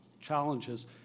challenges